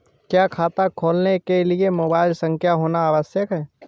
क्या खाता खोलने के लिए मोबाइल संख्या होना आवश्यक है?